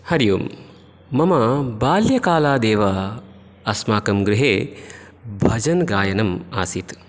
हरि ओम् मम बाल्यकालादेव अस्माकम् गृहे भजन् गायनम् आसीत्